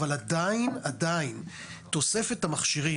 אבל עדיין תוספת המכשירים,